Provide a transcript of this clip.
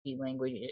language